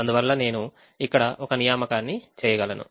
అందువల్ల నేను ఇక్కడ ఒక నియామకాన్ని చేయగలను